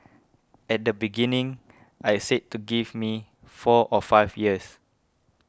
at the beginning I said to give me four or five years